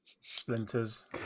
Splinters